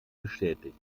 bestätigt